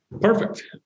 Perfect